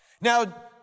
Now